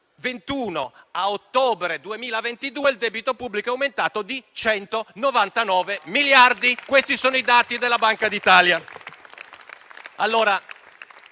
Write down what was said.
2021 a ottobre 2022, il debito pubblico è aumentato di 199 miliardi: questi sono i dati della Banca d'Italia.